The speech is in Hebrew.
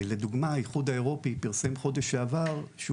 לדוגמה האיחוד האירופי פרסם בחודש שעבר שהוא